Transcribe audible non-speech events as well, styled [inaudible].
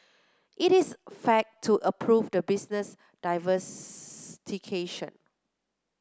it is fact to approve the business divers [unintelligible]